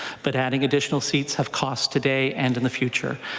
but adding additional seats have cost today and in the future.